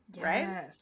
right